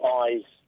eyes